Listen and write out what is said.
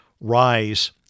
Rise